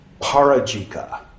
Parajika